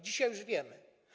Dzisiaj już wiemy.